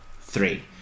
three